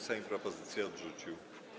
Sejm propozycje odrzucił.